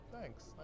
thanks